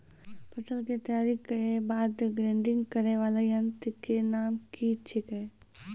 फसल के तैयारी के बाद ग्रेडिंग करै वाला यंत्र के नाम की छेकै?